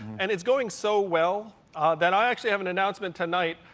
and it's going so well that i actually have an announcement tonight,